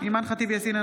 אימאן ח'טיב יאסין,